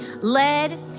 led